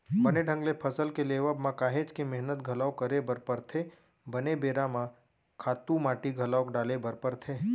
बने ढंग ले फसल के लेवब म काहेच के मेहनत घलोक करे बर परथे, बने बेरा म खातू माटी घलोक डाले बर परथे